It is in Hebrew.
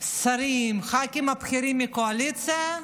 שרים, ח"כים בכירים מהקואליציה,